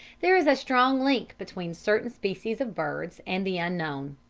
there is a strong link between certain species of birds and the unknown.